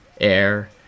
air